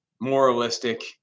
moralistic